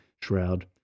shroud